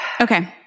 Okay